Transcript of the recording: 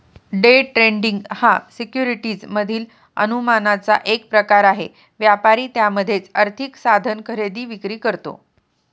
day trading हा securities मधील अनुमानाचा एक प्रकार आहे, व्यापारी त्यामध्येच आर्थिक साधन खरेदी विक्री करतो